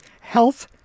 health